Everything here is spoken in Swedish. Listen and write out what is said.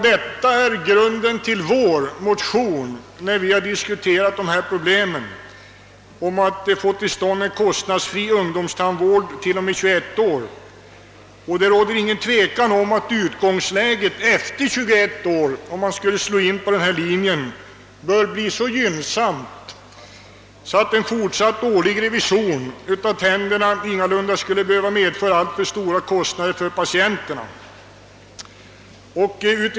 Detta är grunden till vår motion, i vilken vi diskuterar möiligheten att få till stånd en kostnadsfri ungdomstandvård t.o.m. 21 års ålder. Det råder inte något tvivel om att utgångsläget efter 21 år, om man slår in på denna linje, bör bli så gynnsamt att en fortsatt årlig revision av tänderna ingalunda skulle behöva medföra alltför stora kostnader för patienterna.